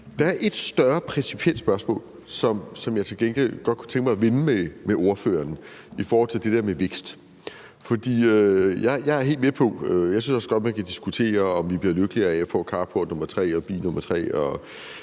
Der er ét større principielt spørgsmål, som jeg til gengæld godt kunne tænke mig at vende med ordføreren i forhold til det der med vækst. Jeg er helt med på, at man også godt kan diskutere, om vi bliver lykkeligere af at få carport nummer tre og bil nummer tre